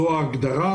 זו ההגדרה,